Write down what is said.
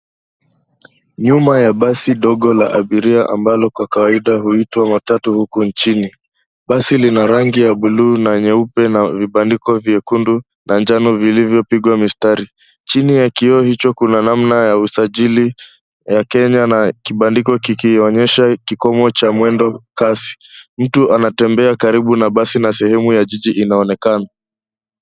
Nyuma ya basi dogo la abiria ambalo kwa kawaida huitwa matatu huku nchini. Basi lina rangi ya bluu na nyeupe na vibandiko vyekundu na njano vilivyopigwa mistari. Chini ya kioo hicho kuna namna ya usajili ya Kenya na kibandiko kikionyesha kikomo cha mwendo kasi. Mtu anatembea karibu na basi na sehemu ya jiji inaonekana.